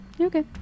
Okay